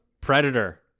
Predator